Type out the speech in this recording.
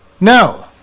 No